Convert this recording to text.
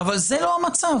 אבל זה לא המצב.